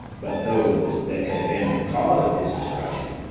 but those that had been the cause of his destruction,